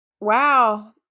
Wow